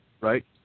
right